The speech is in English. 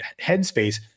headspace